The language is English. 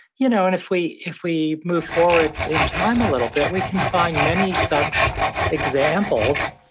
you know and if we if we move forward in time a little bit, we can find many such examples.